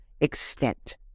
extent